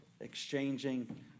exchanging